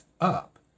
up